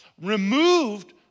removed